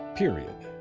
period,